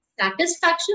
Satisfaction